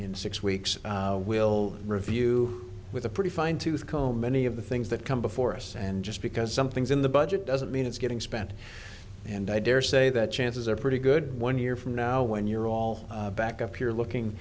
in six weeks we'll review with a pretty fine tooth comb many of the things that come before us and just because something's in the budget doesn't mean it's getting spent and i dare say that chances are pretty good one year from now when you're all back up here looking